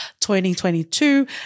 2022